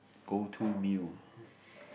go to meal